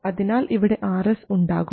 അതിനാൽ ഇവിടെ Rs ഉണ്ടാകും